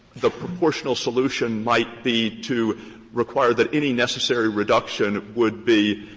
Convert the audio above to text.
the proportional solution might be to require that any necessary reduction would be